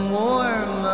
warm